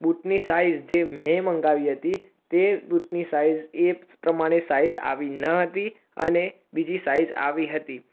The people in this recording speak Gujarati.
બૂટની સાઇઝ જે મેં મંગાવી હતી તે બૂટની સાઇઝ એ પ્રમાણે સાઇઝ આવી ન હતી અને બીજી સાઇઝ આવી હતી